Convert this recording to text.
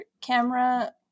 camera